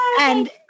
and-